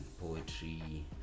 poetry